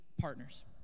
partners